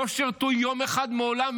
לא שירתו יום אחד מעולם.